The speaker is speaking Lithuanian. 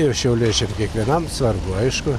ir šiauliečiam ir kiekvienam svarbu aišku